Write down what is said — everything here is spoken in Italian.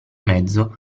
mezzo